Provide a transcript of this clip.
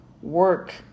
work